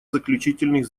заключительных